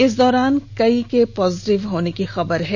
इस दौरान कई के पॉजिटिव होने की खबर है